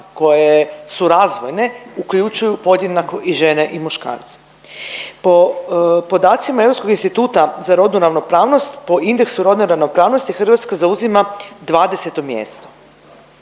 koje su razvojne, uključuju podjednako i žene i muškarce. Po podacima Europskom instituta za rodnu ravnopravnost, po indeksu rodne ravnopravnosti Hrvatska zauzima 20. mjesto